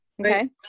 okay